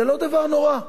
זה לא דבר נורא,